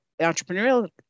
entrepreneurial